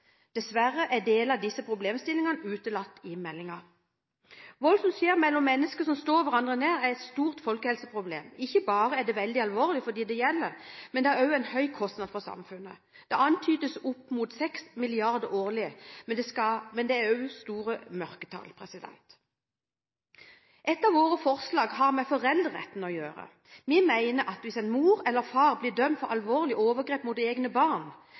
Dessverre er deler av disse problemstillingene utelatt i meldingen. Vold som skjer mellom mennesker som står hverandre nær, er et stort folkehelseproblem. Ikke bare er det veldig alvorlig for dem det gjelder, men det har også en høy kostnad for samfunnet – det antydes opp mot 6 mrd. kr årlig, men det er også store mørketall. Et av våre forslag har med foreldreretten å gjøre. Vi mener at hvis en mor eller far blir dømt for alvorlige overgrep mot egne barn,